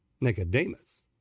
Nicodemus